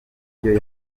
ibyo